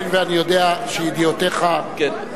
הואיל ואני יודע שידיעותיך היו